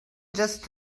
just